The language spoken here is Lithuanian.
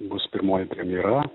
bus pirmoji premjera